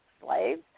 slaves